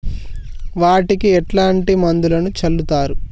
వాటికి ఎట్లాంటి మందులను చల్లుతరు?